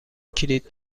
کلید